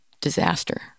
disaster